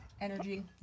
energy